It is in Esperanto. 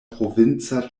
provinca